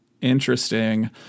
interesting